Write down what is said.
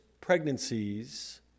pregnancies